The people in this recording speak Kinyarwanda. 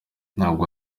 ntabwo